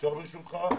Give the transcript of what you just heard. אפשר ברשותך?